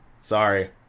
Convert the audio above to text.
Sorry